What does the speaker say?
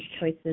Choices